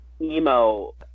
emo